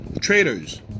traders